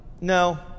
no